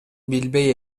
билбейм